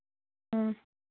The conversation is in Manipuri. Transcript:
ꯎꯝ